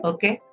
Okay